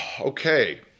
Okay